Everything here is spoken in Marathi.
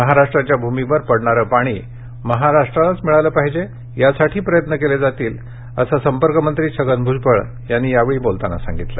महाराष्ट्राच्या भूमीवर पडणारं पाणी महाराष्ट्रालाच मिळालं पाहिजे यासाठी प्रयत्न केले जातील असं संपर्क मंत्री छगन भूजबळ यावेळी बोलताना म्हणाले